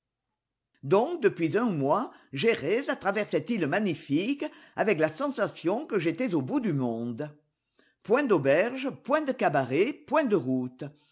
donc depuis un mois j'errais à travers cette île magnifique avec la sensation que j'étais au bout du monde point d'auberges point de cabarets point de routes